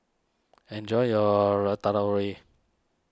enjoy your Ratatouille